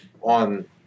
on